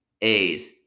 A's